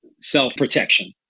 self-protection